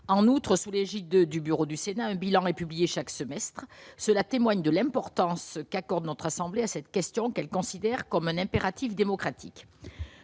en outre sous l'égide du bureau du Sénat un bilan est publié chaque semestre, cela témoigne de l'importance qu'accorde notre assemblée à cette question qu'elle considère comme un impératif démocratique